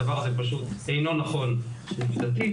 הדבר הזה פשוט אינו נכון עובדתית.